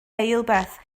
eilbeth